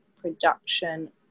production